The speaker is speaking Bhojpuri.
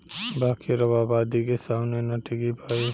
बाकिर अब आबादी के सामने ना टिकी पाई